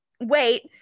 wait